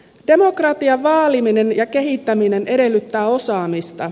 demokratian vaaliminen ja kehittäminen edellyttää osaamista